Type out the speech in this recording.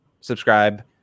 subscribe